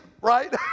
right